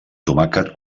tomàquet